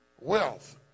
wealth